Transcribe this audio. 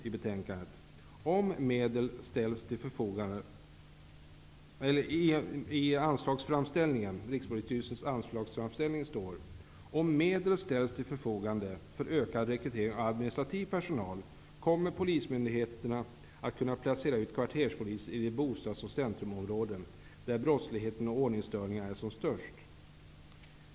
I Rikspolisstyrelsens anslagsframställan står följande: ''Om medel ställs till förfogande för en ökad rekrytering av administrativ personal kommer polismyndigheterna att kunna placera ut kvarterspoliser i de bostads och centrumområden där brottsligheten och ordningsstörningarna är som störst.''